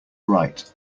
right